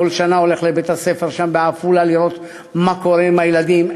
כל שנה הולך לבית-הספר שם בעפולה כדי לראות מה קורה עם הילדים,